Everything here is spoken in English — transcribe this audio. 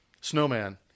Snowman